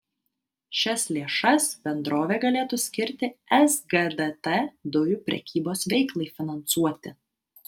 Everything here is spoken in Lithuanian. šias lėšas bendrovė galėtų skirti sgdt dujų prekybos veiklai finansuoti